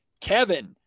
Kevin